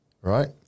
right